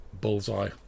bullseye